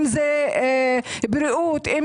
בריאות,